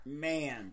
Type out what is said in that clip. Man